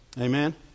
Amen